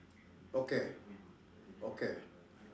okay okay